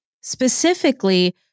specifically